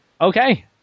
okay